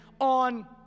on